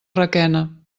requena